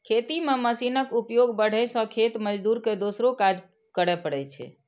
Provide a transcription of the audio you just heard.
खेती मे मशीनक उपयोग बढ़ै सं खेत मजदूर के दोसरो काज करै पड़ै छै